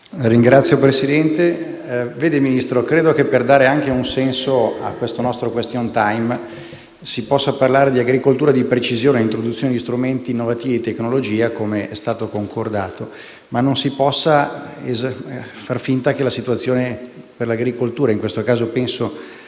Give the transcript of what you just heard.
Signor Ministro, credo che per dare un senso a questo nostro *question time* si possa, sì, parlare di agricoltura di precisione e di introduzione di strumenti innovativi e tecnologia, come è stato concordato, ma non si può far finta che la situazione per l'agricoltura nelle zone